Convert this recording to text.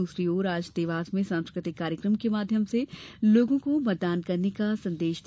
दूसरी ओर आज देवास में सांस्कृतिक कार्यक्रम के माध्यम से लोगों को मतदान करने का संदेश दिया